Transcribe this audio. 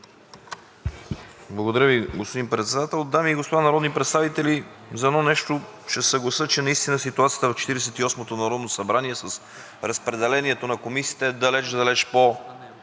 Благодаря Ви, господин Председател. Дами и господа народни представители, за едно нещо ще се съглася, че наистина ситуацията в Четиридесет и осмото народно събрание с разпределението на комисии е далеч-далеч